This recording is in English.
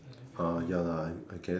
uh ya lah I guess